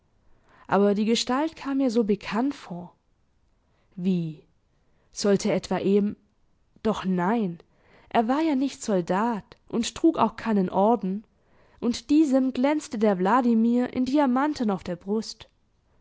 aber die gestalt kam ihr so bekannt vor wie sollte etwa em doch nein er war ja nicht soldat und trug auch keinen orden und diesem glänzte der wladimir in diamanten auf der brust wenn